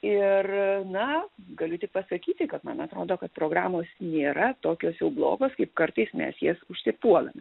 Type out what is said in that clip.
ir na galiu tik pasakyti kad man atrodo kad programos nėra tokios jau blogos kaip kartais mes jas užsipuolam